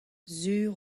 sur